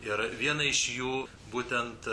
ir viena iš jų būtent